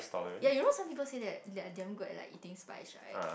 ya you know some people say that they are damn good at eating spice right